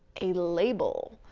a label.